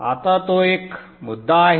आता तो एक मुद्दा आहे